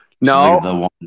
No